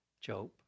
Job